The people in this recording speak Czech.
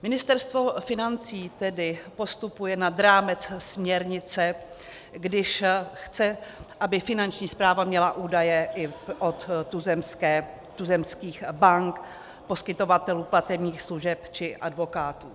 Ministerstvo financí tedy postupuje nad rámec směrnice, když chce, aby Finanční správa měla údaje i od tuzemských bank, poskytovatelů platebních služeb či advokátů.